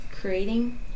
creating